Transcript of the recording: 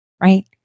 right